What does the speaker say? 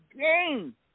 game